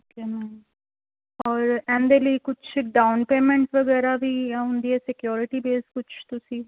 okay ma'am ਹੋਰ ਇਹਦੇ ਲਈ ਕੁਛ ਡਾਊਨ ਪੇਮੈਂਟ ਵਗੈਰਾ ਵੀ ਹੁੰਦੀ ਹੈ ਸਿਕਿਓਰਿਟੀ ਬੇਸ ਕੁਛ ਤੁਸੀਂ